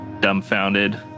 dumbfounded